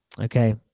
Okay